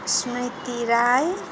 Smriti Rai